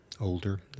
older